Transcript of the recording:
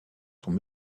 sont